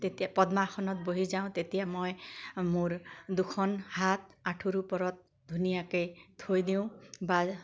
তেতিয়া পদ্মাসনত বহি যাওঁ তেতিয়া মই মোৰ দুখন হাত আঁঠুৰ ওপৰত ধুনীয়াকৈ থৈ দিওঁ বা